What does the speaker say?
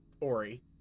Ori